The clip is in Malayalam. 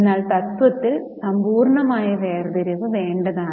എന്നാൽ തത്വത്തിൽ സമ്പൂർണ്ണമായ വേർതിരിവ് വേണ്ടതാണ്